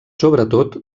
sobretot